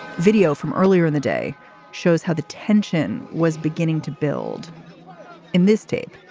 video from earlier in the day shows how the tension was beginning to build in this tape.